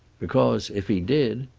because, if he did.